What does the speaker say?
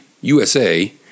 USA